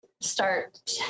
start